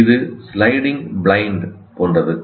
இது sliding blind போன்றது